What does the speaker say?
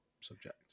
subject